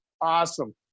Awesome